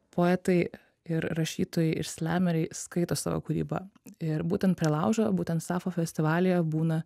poetai ir rašytojai ir slemeriai skaito savo kūrybą ir būtent prie laužo būtent safo festivalyje būna